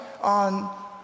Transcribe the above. on